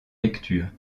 lecture